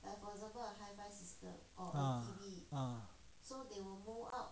ah ah